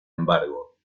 embargo